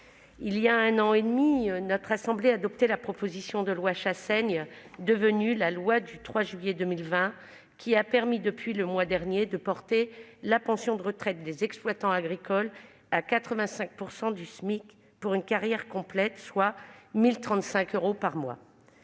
il y a un an et demi, notre assemblée adoptait la proposition de loi Chassaigne, devenue la loi du 3 juillet 2020, qui a permis, depuis le mois dernier, de porter la pension de retraite des exploitants agricoles à 85 % du SMIC pour une carrière complète, soit 1 035 euros par mois.